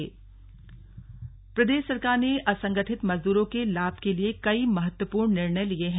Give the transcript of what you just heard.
हरक बैठक प्रदेश सरकार ने असंगठित मजदूरों के लाभ के लिए कई महत्वपूर्ण निर्णय लिये हैं